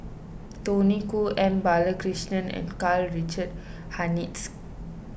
Tony Khoo M Balakrishnan and Karl Richard Hanitsch